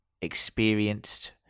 experienced